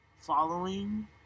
following